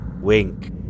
wink